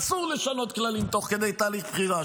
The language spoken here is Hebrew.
אסור לשנות כללים תוך כדי תהליך בחירה.